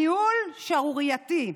הניהול שערורייתי.